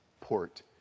port